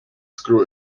screw